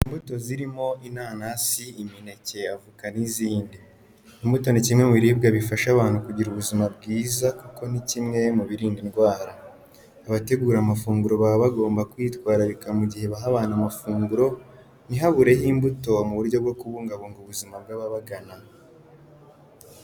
Imbuto ziribwa zirimo: inanasi, imineke, avoka n'izindi. Imbuto ni kimwe biribwa bifasha abantu kugira ubuzima bwiza kuko ni kimwe mu birinda indwara. Abategura amafunguro baba bagomba kwitwararika mu gihe baha abantu amafunguro, ntihabureho imbuto mu buryo bwo kubungabunga ubuzima bw'ababagana.